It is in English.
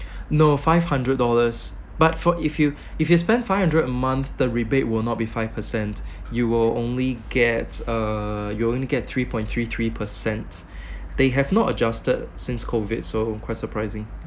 no five hundred dollars but for if you if you spend five hundred a month the rebate will not be five percent you will only get uh you'll only get three point three three percent they have not adjusted since COVID so quite surprising